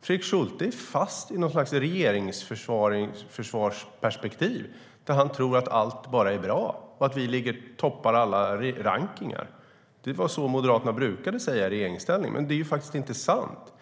Fredrik Schulte är fast i något slags regeringsförsvarsperspektiv. Han tror att allt bara är bra och att vi toppar alla rankningar. Det var så Moderaterna brukade säga i regeringsställning, men det är faktiskt inte sant.